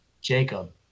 Jacob